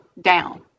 down